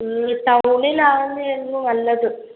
ഇങ്ങ് ടൗണിൽ ആയിരുന്നെങ്കിൽ ആയിരുന്നു നല്ലത്